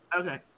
Okay